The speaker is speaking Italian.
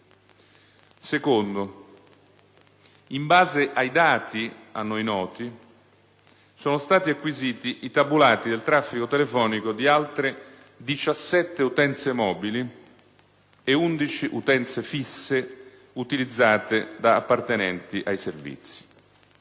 luogo, in base ai dati a noi noti, sono stati acquisiti i tabulati del traffico telefonico di altre 17 utenze mobili e 11 utenze fisse utilizzate da appartenenti ai Servizi,